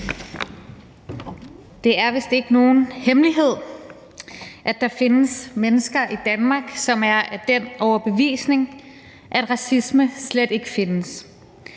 Det er vist ikke nogen hemmelighed, at der findes mennesker i Danmark, som er af den overbevisning, at racisme slet ikke findes,